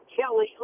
Kelly